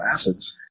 acids